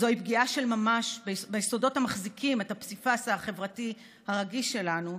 זוהי פגיעה של ממש ביסודות המחזיקים את הפסיפס החברתי הרגיש שלנו,